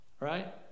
right